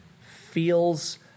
feels